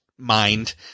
Mind